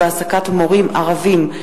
בעד, 10, אין מתנגדים ואין נמנעים.